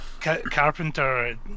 Carpenter